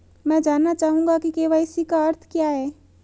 मैं जानना चाहूंगा कि के.वाई.सी का अर्थ क्या है?